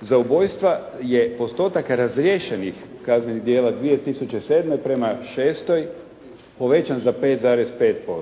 Za ubojstva je postotak razriješenih kaznenih djela 20007. prema 2006. povećan za 5,5%.